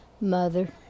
mother